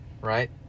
Right